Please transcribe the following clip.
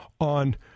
on